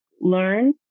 learn